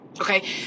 Okay